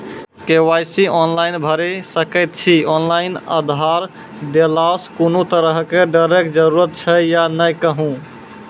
KYC online भैरि सकैत छी, ऑनलाइन आधार देलासॅ कुनू तरहक डरैक जरूरत छै या नै कहू?